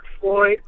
Floyd